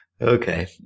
Okay